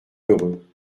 heureux